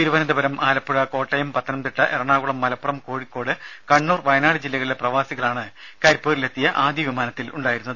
തിരുവനന്തപുരം ആലപ്പുഴ കോട്ടയം പത്തനംതിട്ട എറണാകുളം മലപ്പുറം കോഴിക്കോട് കണ്ണൂർ വയനാട് ജില്ലകളിലെ പ്രവാസികളാണ് കരിപ്പൂരിലെത്തിയ ആദ്യ വിമാനത്തിലുണ്ടായിരുന്നത്